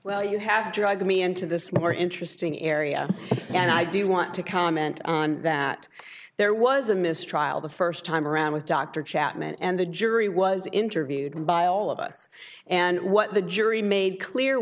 well you have dragged me into this more interesting area and i do want to comment on that there was a mistrial the first time around with dr chapman and the jury was interviewed by all of us and what the jury made clear